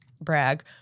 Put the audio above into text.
brag